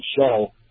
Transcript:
show